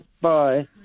Bye